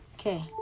Okay